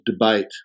debate